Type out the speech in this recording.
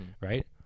right